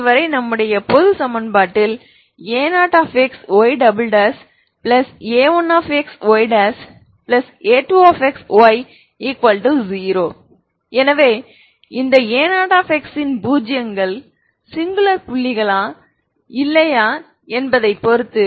இதுவரை நம்முடைய பொது சமன்பாட்டில் a0xya1xya2xy0 எனவே இந்த a0xஇன் பூஜ்ஜியங்கள் சிங்குலர் புள்ளிகளா இல்லையா என்பதைப் பொறுத்து